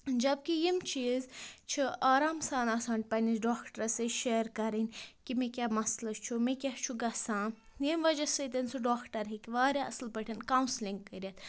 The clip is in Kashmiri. جب کہ یِم چیٖز چھِ آرام سان آسان پنٛنِس ڈاکٹرٛس سۭتۍ شیر کَرٕنۍ کہِ مےٚ کیٛاہ مسلہٕ چھُ مےٚ کیٛاہ چھُ گژھان ییٚمہِ وجہ سۭتۍ سُہ ڈاکٹر ہیٚکہِ واریاہ اَصٕل پٲٹھۍ کَوسِلِنٛگ کٔرِتھ